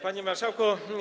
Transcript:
Panie Marszałku!